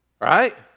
Right